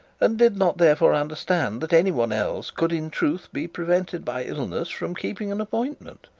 and did not therefore understand that any one else could in truth be prevented by illness from keeping an appointment.